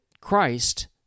Christ